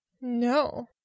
No